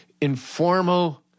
informal